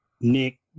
Nick